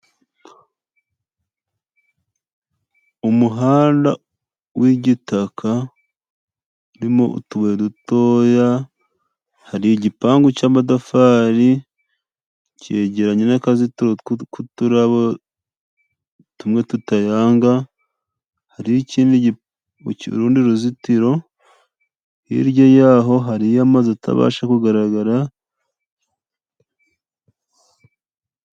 Umuhanda w'igitaka, urimo utubuye duto, hari igipangu cy' amatafari cyegeranye n'akazitoro tw'uturabo tumwe tutayanga, hari urundi ruzitiro, hirya yaho hariyo amazu atabasha kugaragara.